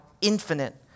infinite